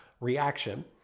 reaction